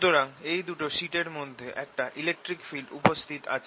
সুতরাং এই দুটো শিট এর মধ্যে একটা ইলেকট্রিক ফিল্ড উপস্থিত আছে